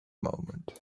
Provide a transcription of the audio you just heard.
moment